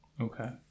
Okay